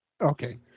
Okay